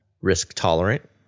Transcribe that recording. risk-tolerant